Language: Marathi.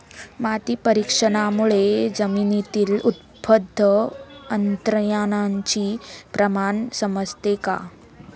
माती परीक्षणामुळे जमिनीतील उपलब्ध अन्नद्रव्यांचे प्रमाण समजते का?